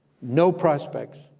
no prospects,